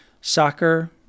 soccer